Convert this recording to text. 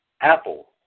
Apple